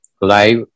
live